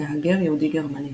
מהגר יהודי-גרמני.